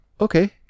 okay